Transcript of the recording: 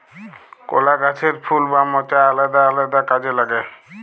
কলা গাহাচের ফুল বা মচা আলেদা আলেদা কাজে লাগে